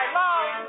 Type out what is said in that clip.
love